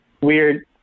Weird